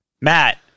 Matt